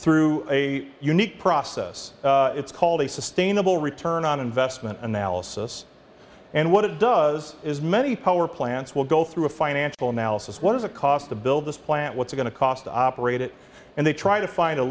through a unique process it's called the sustainable return on investment analysis and what it does is many power plants will go through a financial analysis what is a cost to build this plant what's going to cost to operate it and they try to find a